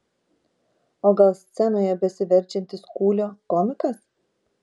o gal scenoje besiverčiantis kūlio komikas